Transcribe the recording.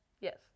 Yes